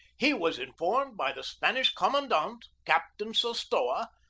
he was informed by the spanish commandant, captain sostoa,